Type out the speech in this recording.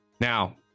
Now